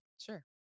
Sure